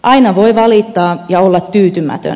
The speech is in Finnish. aina voi valittaa ja olla tyytymätön